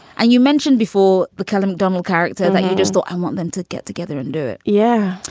and you mentioned before the callum donald character that you just thought, i want them to get together and do it. yeah.